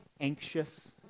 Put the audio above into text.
anxious